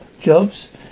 jobs